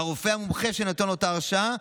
הרופא המומחה שנתן לו את ההרשאה,